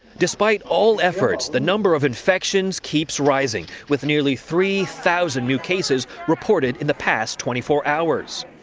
despite all efforts, the number of infections keeps rising, with nearly three thousand new cases reported in the past twenty four hours.